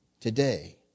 today